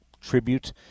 tribute